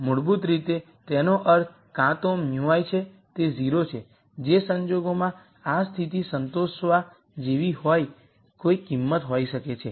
મૂળભૂત રીતે તેનો અર્થ કાં તો μi છે તે 0 છે જે સંજોગોમાં આ સ્થિતિ સંતોષવા જેવી કોઈ કિંમત હોઈ શકે છે